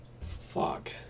Fuck